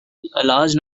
large